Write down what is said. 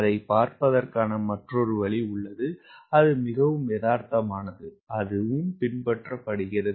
அதைப் பார்ப்பதற்கான மற்றொரு வழி உள்ளது அது மிகவும் யதார்த்தமானது அதுவும் பின்பற்றப்படுகிறது